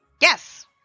Yes